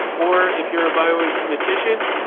or if you're a bioinformatician,